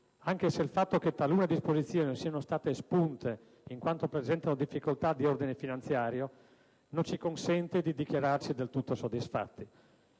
anche se il fatto che talune disposizioni siano state espunte in quanto presentano difficoltà di ordine finanziario non ci consente di dichiararci del tutto soddisfatti.